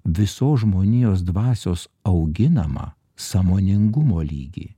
visos žmonijos dvasios auginamą sąmoningumo lygį